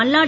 Malladi